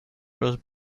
was